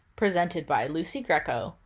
presented by lucy greco,